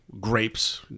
Grapes